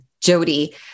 Jody